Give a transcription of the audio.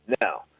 Now